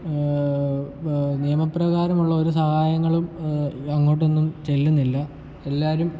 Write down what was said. നിയമപ്രകാരമുള്ള ഒരു സഹായങ്ങളും അങ്ങോട്ടൊന്നും ചെല്ലുന്നില്ല എല്ലവരും